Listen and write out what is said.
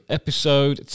episode